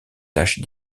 tâches